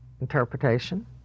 interpretation